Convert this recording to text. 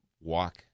walk